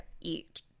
eat